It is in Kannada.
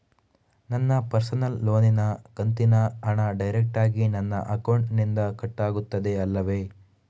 ನನ್ನ ಪರ್ಸನಲ್ ಲೋನಿನ ಕಂತಿನ ಹಣ ಡೈರೆಕ್ಟಾಗಿ ನನ್ನ ಅಕೌಂಟಿನಿಂದ ಕಟ್ಟಾಗುತ್ತದೆ ಅಲ್ಲವೆ?